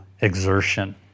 exertion